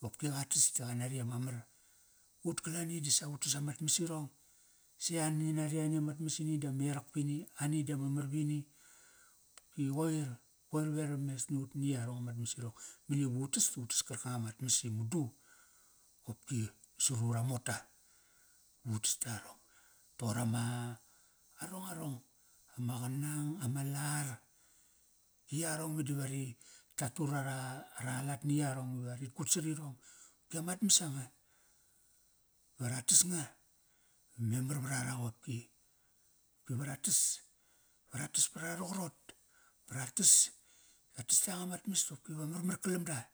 Qopki qa tas ta qanari ama mar, ut kalani disa utas amat mas irong, si ani nare, ani amat mas ini di amerak pini, ani di ama mar vini. Kopki qoir, qoir verames nut mat yarong amat mas irong. Mani vu tas tu tas karkanga mat mas i madu. Qopki, sarura mota. Vutas yarong. Toqor ama, arong, arong ama qanang, ama lar. Yarong me da va ri, ta tu ra a, ara lat ni yarong iva rit kut sarirong. Ki amat mas anga va ra tas nga, va memar vra ra qopki. Qopki ve ra tas, va ra tas para qarot. Ba ra tas, ta tas yanga mat mas qopki va marmar kalam da Ipai